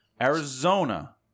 Arizona